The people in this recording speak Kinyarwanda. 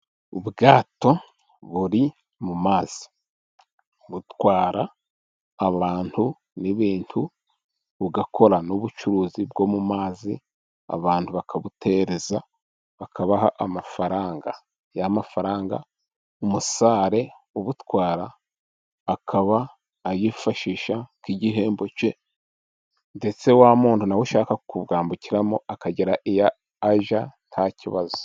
Ubwato buri mu mazi, butwara abantu n'ibintu bugakora n'ubucuruzi bwo mu mazi abantu bakabutereza bakabaha amafaranga, ya mafaranga umusare ubutwara akaba ayifashisha nk'igihembo cye. Ndetse wa muntu nawe ushaka kubwambukiramo akagera iya ajya nta kibazo.